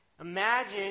Imagine